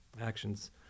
actions